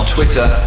Twitter